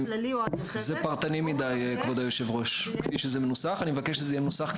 זה פרטני מידי כפי שזה מנוסח,